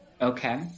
Okay